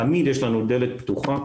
תמיד יש לנו דלת פתוחה,